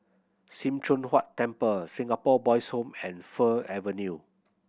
Sim Choon Huat Temple Singapore Boys' Home and Fir Avenue